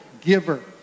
giver